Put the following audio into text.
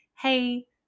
hey